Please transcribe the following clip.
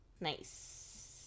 Nice